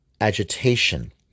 agitation